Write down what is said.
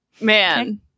man